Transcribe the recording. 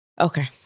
Okay